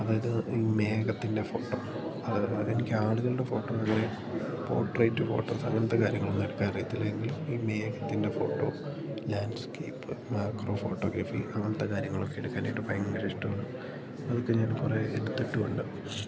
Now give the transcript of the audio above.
അതായത് ഈ മേഘത്തിൻ്റെ ഫോട്ടോ അത് എനിക്ക് ആളുകളുടെ ഫോട്ടോ അങ്ങനെ പോർട്രേറ്റ് ഫോട്ടോസ് അങ്ങനത്തെ കാര്യങ്ങളൊന്നും എടുക്കാൻ അറിയത്തില്ലെങ്കിലും ഈ മേഘത്തിൻ്റെ ഫോട്ടോ ലാൻഡ്സ്കേപ്പ് മാക്രോ ഫോട്ടോഗ്രഫി അങ്ങനത്തെ കാര്യങ്ങളൊക്കെ എടുക്കാനായിട്ട് ഭയങ്കര ഇഷ്ടമാണ് അതൊക്കെ ഞാൻ കുറേ എടുുത്തിട്ടുമുണ്ട്